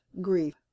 grief